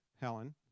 Helen